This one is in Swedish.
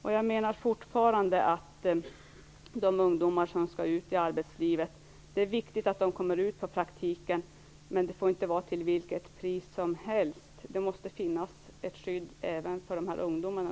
Det är viktigt att de ungdomar som skall ut i arbetslivet får praktik, men inte till vilket pris som helst. Det måste finnas ett skydd även för dessa ungdomar.